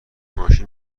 ماشین